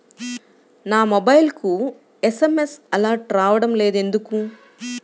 నా మొబైల్కు SMS alerts రావడం లేదు ఎందుకు?